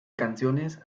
canciones